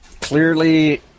clearly